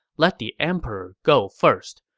let the emperor go first.